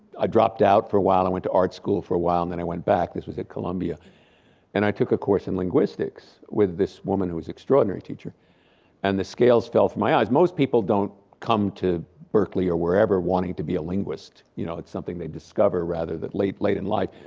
i dropped out for awhile and went to art school for awhile and then i went back, this was at columbia and i took a course in linguistics, with this woman who was an extraordinary teacher and the scales fell from my eyes. most people don't come to berkeley or whatever wanting to be a linguist, you know. it's something they discover rather, late late in life.